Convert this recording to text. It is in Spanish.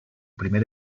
primer